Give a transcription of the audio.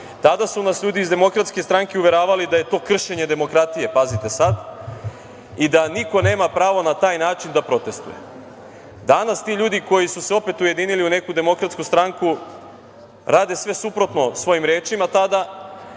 su nas ljudi iz DS uveravali da je to kršenje demokratije, pazite sad, i da niko nema pravo na taj način da protestuje. Danas ti ljudi koji su se opet ujedinili u neku DS rade sve suprotno svojim rečima tada